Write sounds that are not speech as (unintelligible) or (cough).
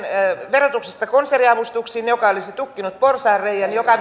verotuksesta konserniavustuksiin mikä olisi tukkinut porsaanreiän joka (unintelligible)